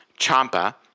Champa